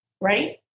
right